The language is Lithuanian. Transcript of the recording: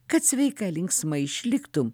kad sveika linksmai išliktum